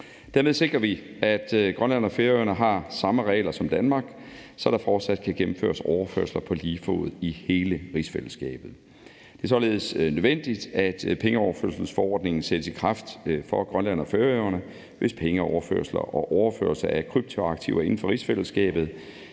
Derved sikrer vi, at Grønland og Færøerne har samme regler som Danmark, så der fortsat kan gennemføres overførsler på lige fod i hele rigsfællesskab. Det er således nødvendigt, at pengeoverførselsforordningen sættes i kraft for Grønland og Færøerne, hvis pengeoverførsler og overførsler af kryptoaktiver inden for rigsfællesskabet